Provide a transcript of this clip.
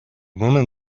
woman